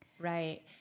Right